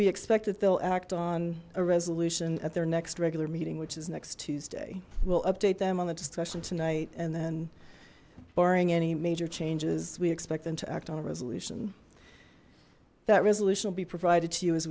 we expect that they'll act on a resolution at their next regular meeting which is next tuesday we'll update them on the discussion tonight and then barring any major changes we expect them to act on a resolution that resolution will be provided to you as